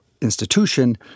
institution